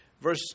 Verse